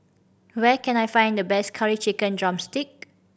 where can I find the best Curry Chicken drumstick